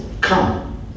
Come